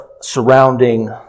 surrounding